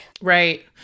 Right